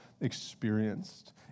experienced